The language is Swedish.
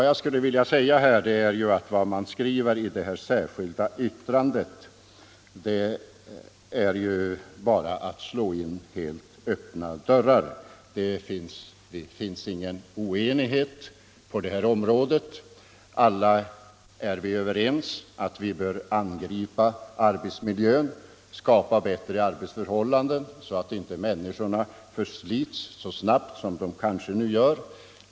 Jag skulle vilja säga att vad som skrivits i det särskilda yttrandet bara innebär att man slår in helt öppna dörrar, eftersom det inte finns någon oenighet på detta område, utan alla är överens om att vi bör angripa dålig arbetsmiljö och försöka skapa bättre arbetsförhållanden, så att människorna inte förslits lika snabbt som nu.